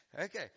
Okay